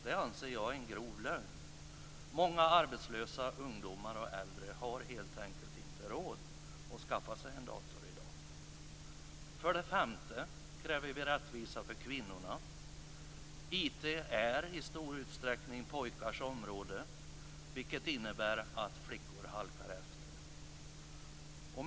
Det anser jag är en grov lögn. Många arbetslösa, ungdomar och äldre har helt enkelt inte råd att skaffa sig en dator i dag. För det femte kräver vi rättvisa för kvinnorna. IT är i stor utsträckning pojkars område, vilket innebär att flickor halkar efter.